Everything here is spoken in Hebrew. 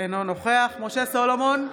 אינו נוכח משה סולומון,